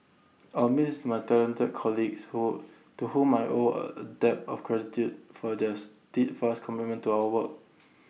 I'll me lease my talented colleagues who to whom I owe A debt of gratitude for their steadfast commitment to our work